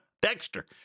Dexter